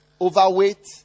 Overweight